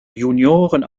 junioren